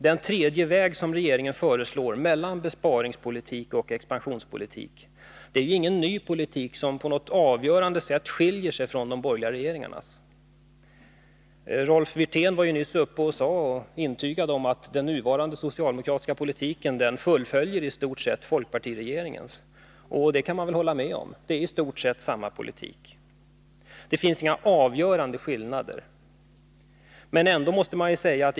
Den tredje vägen, som regeringen föreslår, mellan besparingspolitik och expansionspolitik, är ingen ny politik som på ett avgörande sätt skiljer sig från de borgerliga regeringarnas. Rolf Wirtén intygade nyss att den socialdemokratiska politiken i stort sett fullföljer folkpartiregeringens, och det kan man väl hålla med om. Det finns inga avgörande skillnader, utan det är i stort sett samma politik.